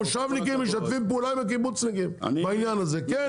המושבניקים משתפים פעולה עם הקיבוצניקים בעניין הזה כן,